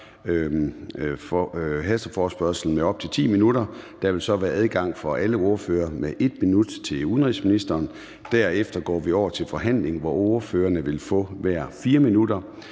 hasteforespørgslen med op til 10 minutter, og der vil så for alle ordførere være adgang til 1 minut til udenrigsministeren, og derefter går vi over til forhandlingen, hvor ordførerne vil få hver 4 minutter.